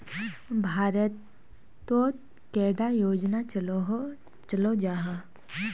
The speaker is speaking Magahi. भारत तोत कैडा योजना चलो जाहा?